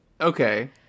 okay